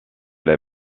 les